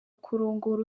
kurongora